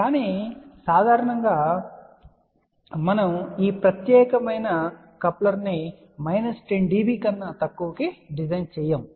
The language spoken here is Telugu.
కానీ సాధారణంగా మనము ఈ ప్రత్యేకమైన కప్లర్ను మైనస్ 10 dB కన్నా తక్కువకు డిజైన్ చేయము